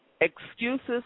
Excuses